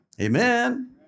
Amen